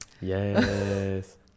yes